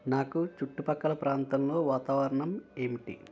నాకు చుట్టుపక్కల ప్రాంతంలో వాతావరణం ఏమిటి